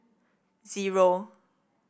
zero